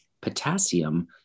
potassium